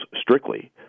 strictly